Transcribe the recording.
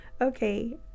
Okay